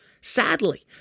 Sadly